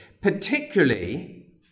Particularly